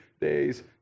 days